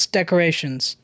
decorations